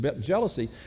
jealousy